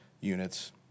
units